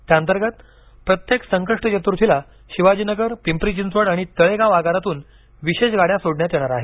त्या अंतर्गत प्रत्येक संकष्ट चतुर्थीला शिवाजीनगर पिंपरी चिंचवड आणि तळेगाव आगारातून विशेष गाडय़ा सोडण्यात येणार आहेत